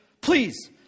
Please